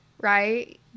right